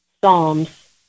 Psalms